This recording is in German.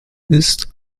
ist